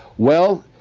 well,